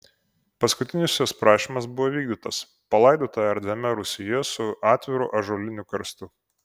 paskutinis jos prašymas buvo įvykdytas palaidota erdviame rūsyje su atviru ąžuoliniu karstu